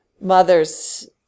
mothers